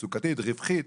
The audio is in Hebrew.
תעסוקתית רווחית.